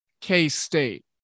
K-State